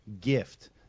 gift